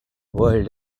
world